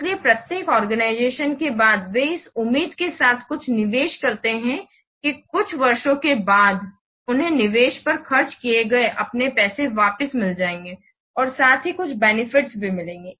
इसलिए प्रत्येक ऑर्गनिज़तिओन्स के बाद वे इस उम्मीद के साथ कुछ निवेश करते हैं कि कुछ वर्षों के बाद उन्हें निवेश पर खर्च किए गए अपने पैसे वापस मिल जाएंगे और साथ ही कुछ बेनिफिट्स भी मिलेंगे